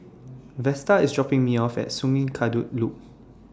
Vesta IS dropping Me off At Sungei Kadut Loop